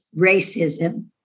racism